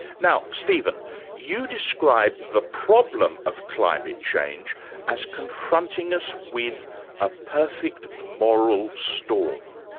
now stephen you describe the problem of climate change as confronting us with a perfect moral storm.